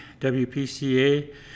WPCA